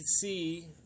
see